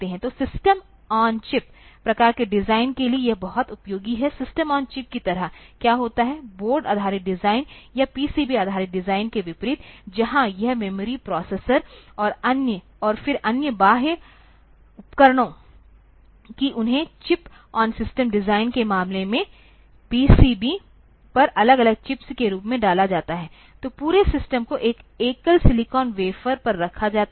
तो system on chip प्रकार के डिज़ाइन के लिए यह बहुत उपयोगी है सिस्टम ऑन चिप की तरह क्या होता है बोर्ड आधारित डिज़ाइन या पीसीबी आधारित डिज़ाइन के विपरीत जहां यह मेमोरी प्रोसेसर और फिर अन्य बाह्य उपकरणों कि उन्हें चिप ऑन सिस्टम डिजाइन के मामले में पीसीबी पर अलग अलग चिप्स के रूप में डाला जाता है तो पूरे सिस्टम को एकल सिलिकॉन वेफर पर रखा जाता है